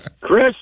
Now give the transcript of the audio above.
Chris